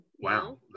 wow